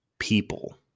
people